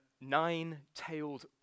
nine-tailed